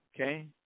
Okay